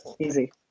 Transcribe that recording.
easy